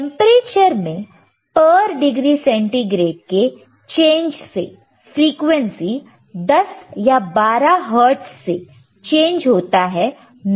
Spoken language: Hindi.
तो टेंपरेचर में पर डिग्री सेंटीग्रेड के चेंज से फ्रीक्वेंसी 10 या 12 हर्ट्ज़ से चेंज होता है मेगा हर्ट्ज़ में